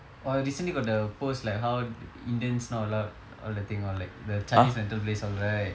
oh I recently got the post like how indians not allowed all that thing all like the chinese rental place all right